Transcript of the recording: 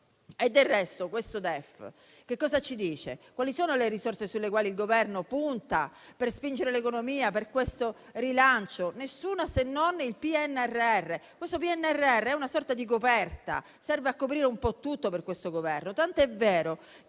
DEF al nostro esame che cosa ci dice? Quali sono le risorse sulle quali il Governo punta per spingere l'economia per questo rilancio? Nessuna, se non il PNRR; questo PNRR è una sorta di coperta, infatti serve a coprire un po' tutto per questo Governo, tant'è vero